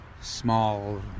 small